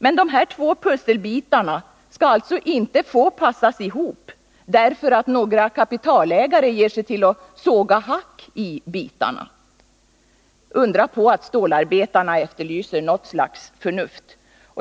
Men de två pusselbitarna skall alltså inte få passas ihop, eftersom några kapitalägare ger sig till att såga hack i bitarna. Det är inte att undra på att stålarbetarna efterlyser något slags förnuft.